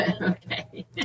Okay